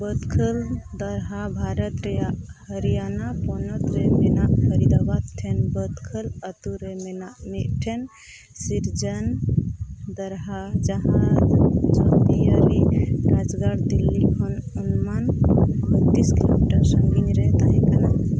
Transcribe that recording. ᱵᱟᱫᱽᱠᱷᱟᱞ ᱫᱟᱨᱦᱟ ᱵᱷᱟᱨᱚᱛ ᱨᱮᱱᱟᱜ ᱦᱚᱨᱤᱭᱟᱱᱟ ᱯᱚᱱᱚᱛ ᱨᱮ ᱢᱮᱱᱟᱜ ᱯᱷᱚᱨᱤᱫᱟᱵᱟᱫᱽ ᱴᱷᱮᱱ ᱵᱟᱰᱫᱽᱠᱷᱟᱞ ᱟᱹᱛᱩᱨᱮ ᱢᱮᱱᱟᱜ ᱢᱤᱫᱴᱷᱮᱱ ᱥᱤᱨᱡᱚᱱᱟᱱ ᱫᱟᱨᱦᱟ ᱡᱟᱦᱟᱸ ᱡᱟᱹᱛᱤᱭᱟᱹᱨᱤ ᱨᱟᱡᱽᱜᱟᱲ ᱫᱤᱞᱞᱤ ᱠᱷᱚᱱ ᱚᱱᱩᱢᱟᱱ ᱩᱱᱛᱤᱥ ᱠᱤᱞᱳᱢᱤᱴᱟᱨ ᱥᱟᱸᱜᱤᱧᱨᱮ ᱛᱟᱦᱮᱸ ᱠᱟᱱᱟ